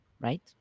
right